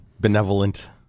Benevolent